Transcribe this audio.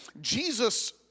Jesus